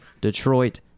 detroit